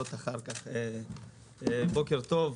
בוקר טוב,